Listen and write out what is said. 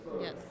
Yes